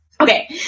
Okay